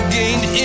gained